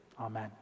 Amen